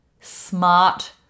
smart